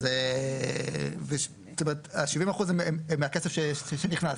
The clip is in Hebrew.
זאת אומרת ה-70% זה מהכסף שנכנס.